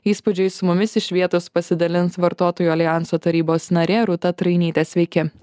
įspūdžiais su mumis iš vietos pasidalins vartotojų aljanso tarybos narė rūta trainytė sveiki